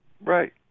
Right